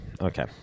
okay